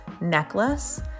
necklace